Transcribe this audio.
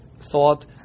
thought